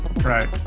Right